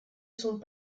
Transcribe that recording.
sont